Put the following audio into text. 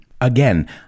Again